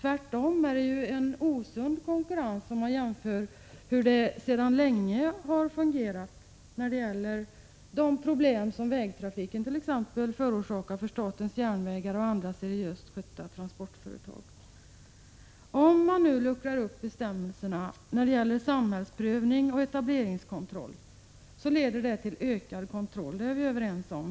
Det är ju tvärtom en osund konkurrens om man jämför med hur det sedan länge har fungerat när det gäller de problem som t.ex. vägtrafiken förorsakar för statens järnvägar och andra seriöst skötta transportföretag. Om man nu luckrar upp bestämmelserna när det gäller samhällsprövning och etableringskontroll leder det till ökad kontroll. Det är vi överens om.